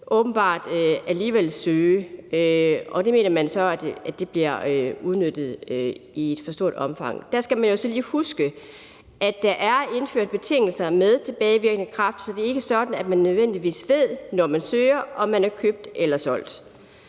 åbenbart alligevel søge. Og det mener man så bliver udnyttet i for stort omfang. Der skal man jo så lige huske, at der er indført betingelser med tilbagevirkende kraft, så det er ikke sådan, at man nødvendigvis ved, når man søger, om man er købt eller solgt,